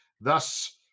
thus